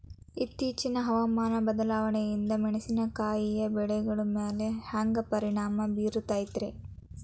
ಇತ್ತೇಚಿನ ಹವಾಮಾನ ಬದಲಾವಣೆಯಿಂದ ಮೆಣಸಿನಕಾಯಿಯ ಬೆಳೆಗಳ ಮ್ಯಾಲೆ ಹ್ಯಾಂಗ ಪರಿಣಾಮ ಬೇರುತ್ತೈತರೇ?